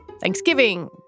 Thanksgiving